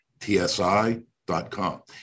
tsi.com